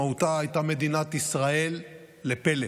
ועוד אחת, בוודאי.